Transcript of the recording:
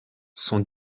son